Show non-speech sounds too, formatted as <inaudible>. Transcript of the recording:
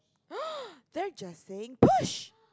<noise> they're just saying push